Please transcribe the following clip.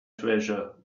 treasure